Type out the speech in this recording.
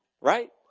right